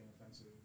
offensive